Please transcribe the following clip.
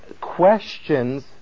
questions